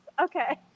Okay